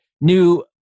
new